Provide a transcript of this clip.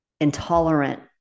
intolerant